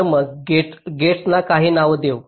तर मग गेट्सना काही नाव देऊ